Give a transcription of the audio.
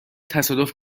تصادف